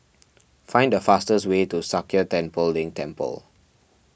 find the fastest way to Sakya Tenphel Ling Temple